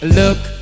look